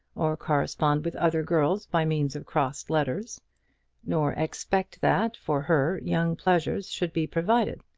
or correspond with other girls by means of crossed letters nor expect that, for her, young pleasures should be provided.